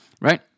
right